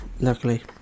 luckily